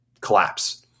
collapse